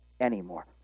anymore